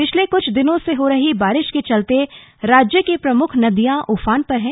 पिछले क्छ दिनों से हो रही बारिश के चलते राज्य की प्रमुख नदिया उफान पर हैं